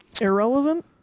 Irrelevant